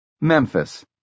Memphis